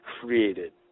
created